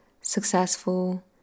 successful